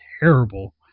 Terrible